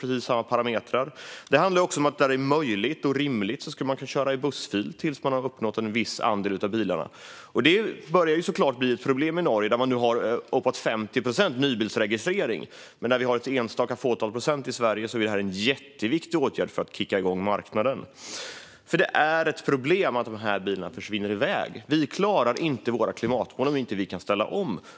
Där det är möjligt och rimligt skulle man kunna få köra i bussfil, tills en bestämd andel av bilarna har uppnåtts. Detta börjar nu bli ett problem i Norge, där man har en nybilsregistrering på uppemot 50 procent. Men har man som vi i Sverige ett fåtal procent vore detta en jätteviktig åtgärd för att kicka igång marknaden. Att dessa bilar försvinner iväg är ett problem. Vi klarar inte våra klimatmål om vi inte ställer om.